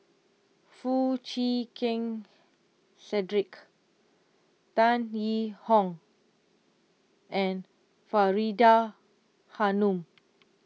Foo Chee Keng Cedric Tan Yee Hong and Faridah Hanum